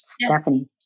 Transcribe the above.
Stephanie